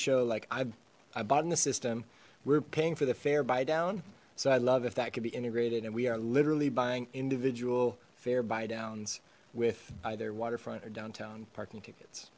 show like i bought in the system we're paying for the fare by down so i'd love if that could be integrated and we are literally buying individual fair buy downs with either waterfront or downtown parking tickets